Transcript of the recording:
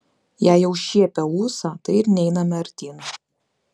jei jau šiepia ūsą tai ir neiname artyn